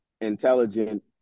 intelligent